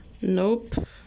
Nope